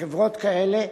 בחברות כאלה,